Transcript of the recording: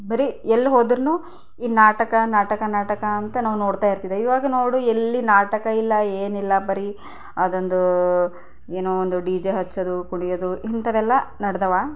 ಬರೀ ಎಲ್ಲೋದ್ರೂ ಈ ನಾಟಕ ನಾಟಕ ನಾಟಕ ಅಂತ ನಾವು ನೋಡ್ತಾಯಿರ್ತಿದ್ದೋ ಇವಾಗ ನೋಡು ಎಲ್ಲಿ ನಾಟಕ ಇಲ್ಲ ಏನು ಇಲ್ಲ ಬರೀ ಅದೊಂದು ಏನೋ ಒಂದು ಡಿ ಜೆ ಹಚ್ಚೋದು ಕುಣಿಯೋದು ಇಂಥವೆಲ್ಲ ನಡೆದವ